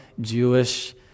Jewish